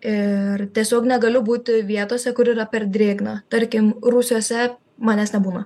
ir tiesiog negaliu būti vietose kur yra per drėgna tarkim rūsiuose manęs nebūna